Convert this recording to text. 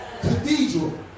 Cathedral